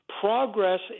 progress